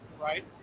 right